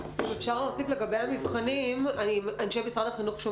אפשר להוסיף לגבי המבחנים, אנשי משרד החינוך.